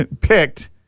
picked